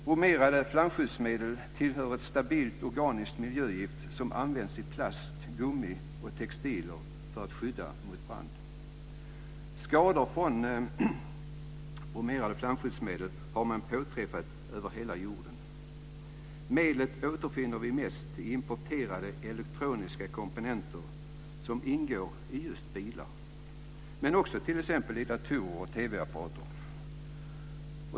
Bromerade flamskyddsmedel är ett stabilt, organiskt miljögift som används i plast, gummi och textiler för att skydda mot brand. Skador från bromerade flamskyddsmedel har påträffats över hela jorden. Medlet återfinns mest i importerade elektroniska komponenter som ingår i just bilar, men också t.ex. i datorer och TV-apparater.